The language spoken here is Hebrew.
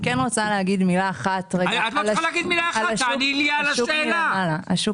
אני רוצה לומר מילה על השוק מלמעלה.